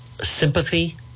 sympathy